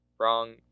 wrong